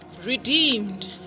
Redeemed